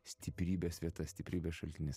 stiprybės vieta stiprybės šaltinis